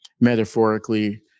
metaphorically